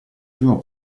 primo